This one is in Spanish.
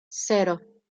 cero